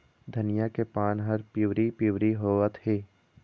धनिया के पान हर पिवरी पीवरी होवथे?